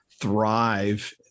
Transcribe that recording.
thrive